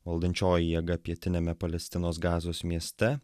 valdančioji jėga pietiniame palestinos gazos mieste